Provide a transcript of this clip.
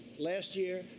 last year,